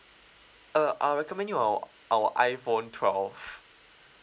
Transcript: err I'll recommend you our our iphone twelve